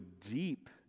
deep